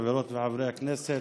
חברות וחברי הכנסת,